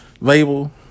label